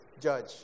judge